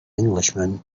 englishman